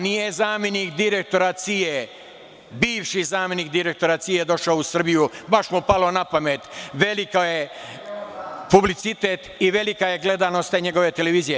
Nije zamenik direktora CIA, bivši zamenik direktora CIA došao u Srbiju, baš mu palo na pamet, veliki je publicitet i velika je gledanost te njegove televizije.